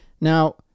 Now